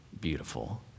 Beautiful